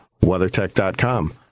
WeatherTech.com